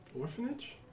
Orphanage